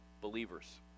believers